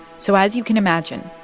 so as you can imagine,